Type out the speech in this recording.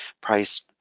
price